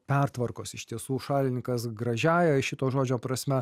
pertvarkos iš tiesų šalininkas gražiąja šito žodžio prasme